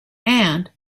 and